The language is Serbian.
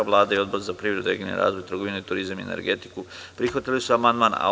Vlada i Odbor za privredu, regionalni razvoj, trgovinu, turizam i energetiku prihvatio je ovaj amandman sa ispravkom.